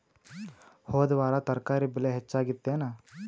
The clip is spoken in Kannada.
ಹೊದ ವಾರ ತರಕಾರಿ ಬೆಲೆ ಹೆಚ್ಚಾಗಿತ್ತೇನ?